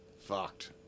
Fucked